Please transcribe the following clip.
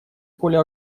коля